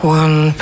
one